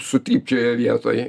sutrypčioja vietoj